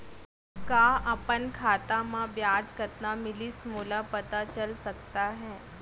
का अपन खाता म ब्याज कतना मिलिस मोला पता चल सकता है?